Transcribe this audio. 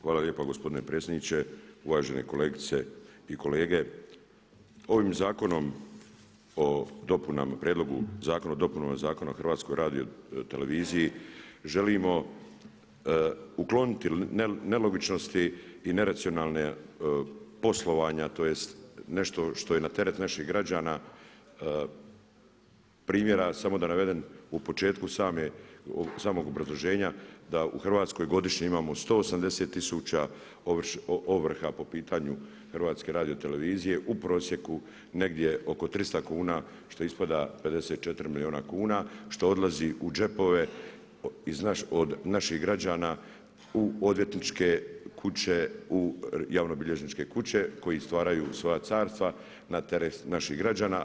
Hvala lijepa gospodine predsjedniče, uvažene kolegice i kolege ovim zakonom o dopunama Zakona o HRT-a želimo ukloniti nelogičnosti i neracionalnost poslovanja tj. nešto što je na teret naših građana primjera samo da navedem u početku samog obrazloženja da u Hrvatskoj godišnje imamo 180 tisuća ovrha po pitanju HRT-a u prosjeku negdje oko 300 kuna što ispada 54 milijuna kuna što odlazi iz džepova naših građana u odvjetničke kuće, u javnobilježničke kuće koji stvaraju svoja carstva na teret naših građana.